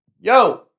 yo